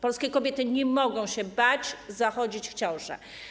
Polskie kobiety nie mogą się bać zachodzić w ciążę.